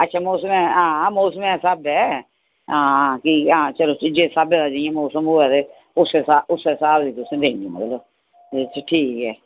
अच्छा मौसमै हां मौसमै स्हाबै हां ठीक ऐ हां चलो जिस स्हाबै दा जियां मौसम होऐ ते उस्सै स्हाब उस्सै स्हाब दी तुसें देनी रुट्टी ठीक ऐ